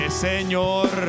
Señor